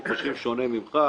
אבל אנחנו חושבים שונה ממך.